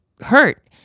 hurt